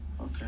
Okay